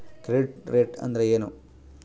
Credit rate ಅಂದರೆ ಏನು?